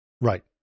Right